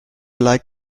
like